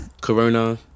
Corona